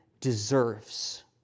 deserves